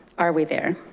are we there?